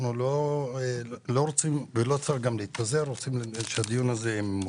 אנחנו לא צריכים להתפזר אלא רוצים שהדיון יהיה ממוקד.